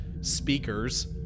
speakers